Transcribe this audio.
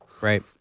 right